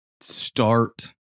start